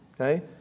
okay